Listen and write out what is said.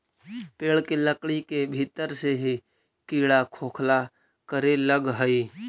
पेड़ के लकड़ी के भीतर से ही कीड़ा खोखला करे लगऽ हई